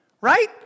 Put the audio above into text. right